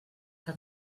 que